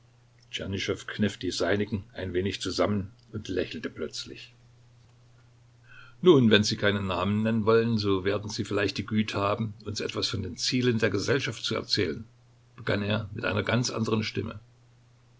kniff die seinigen ein wenig zusammen und lächelte plötzlich nun wenn sie keine namen nennen wollen so werden sie vielleicht die güte haben uns etwas von den zielen der gesellschaft zu erzählen begann er mit einer ganz anderen stimme